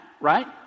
right